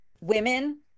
Women